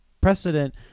precedent